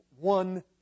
one